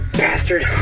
bastard